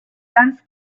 dense